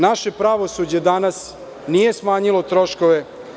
Naše pravosuđe danas nije smanjilo troškove.